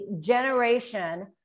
generation